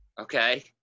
Okay